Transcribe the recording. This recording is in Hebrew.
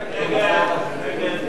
מי נמנע?